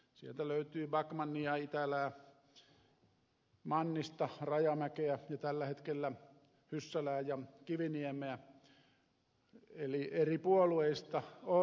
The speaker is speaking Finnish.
sieltä löytyy backmania itälää mannista rajamäkeä ja tällä hetkellä hyssälää ja kiviniemeä eli eri puolueista on